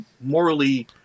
morally